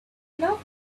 enough